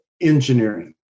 engineering